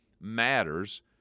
matters